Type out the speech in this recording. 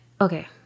Okay